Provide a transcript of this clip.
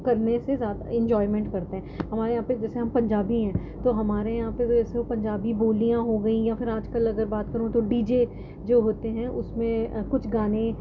کرنے سے زیادہ انجوائمنٹ کرتے ہیں ہمارے یہاں پہ جیسے ہم پنجابی ہیں تو ہمارے یہاں پہ تو جیسے وہ پنجابی بولیاں ہو گئیں یا پھر آج کل اگر بات کروں تو ڈی جے جو ہوتے ہیں اس میں کچھ گانے